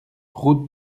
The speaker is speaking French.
route